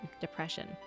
depression